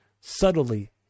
subtly